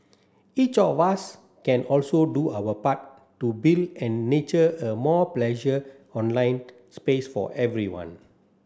each of us can also do our part to build and nurture a more pleasure online space for everyone